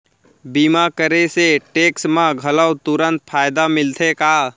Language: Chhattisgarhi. बीमा करे से टेक्स मा घलव तुरंत फायदा मिलथे का?